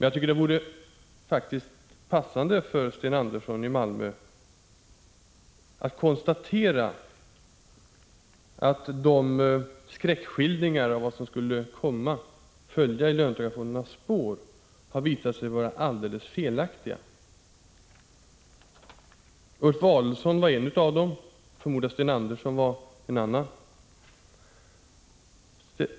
Jag tycker att det faktiskt vore passande om Sten Andersson i Malmö kunde konstatera att skräckskildringarna av vad som skulle följa i löntagarfondernas spår har visat sig vara alldeles felaktiga. Ulf Adelsohn var en av dem som spred dessa skräckskildringar. Jag förmodar att Sten Andersson var en annan.